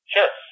Sure